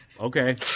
okay